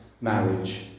marriage